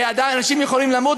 ואנשים יכולים למות,